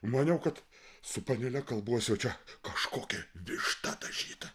maniau kad su panele kalbuosi o čia kažkokia višta tašyta